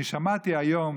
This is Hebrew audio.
אני שמעתי היום